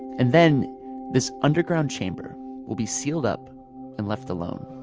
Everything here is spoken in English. and then this underground chamber will be sealed up and left alone.